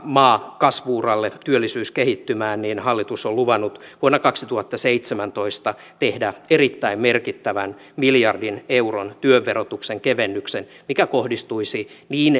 maa kasvu uralle työllisyys kehittymään niin hallitus on luvannut vuonna kaksituhattaseitsemäntoista tehdä erittäin merkittävän miljardin euron työn verotuksen kevennyksen mikä kohdistuisi niin